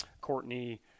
Courtney